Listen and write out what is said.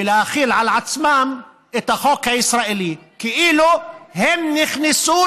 ולהחיל על עצמם את החוק הישראלי, כאילו הם נכנסו